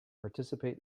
participate